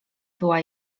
była